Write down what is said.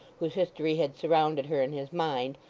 whose history had surrounded her in his mind,